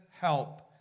help